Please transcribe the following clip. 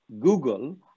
Google